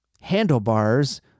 handlebars